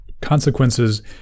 consequences